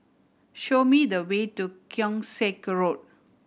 show me the way to Keong Saik Road